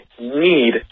need